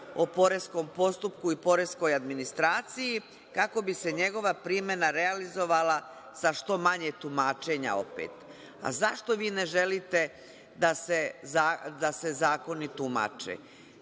o poreskom postupku i poreskoj administraciji kako bi se njegova primena realizovala sa što manje tumačenja opet.Zašto vi ne želite da se zakoni tumače?